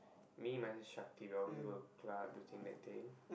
me myself Shakti we always go to club this thing that thing